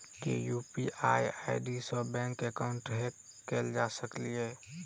की UPI ID सऽ bank account hack कैल जा सकलिये?